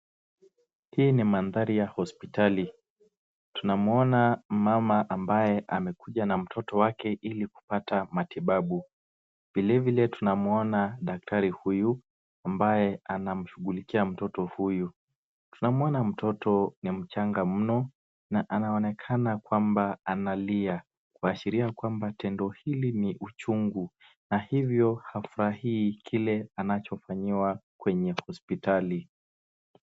Hii ni mandharii ya hosipitali. Tunamuona mama ambaye amekuja na mtoto wake ili kupata matibabu. Vile vile tunamuona daktari huyuu ambaye anamshughulikia mtoto huyu. Tunamuona mtoto ni mchanga mno na anaonekana kwamba analia kuashiria kwamba tendo hili ni uchungu na hivo hafurahii kile anachofanyiwa kwenye hosipitali.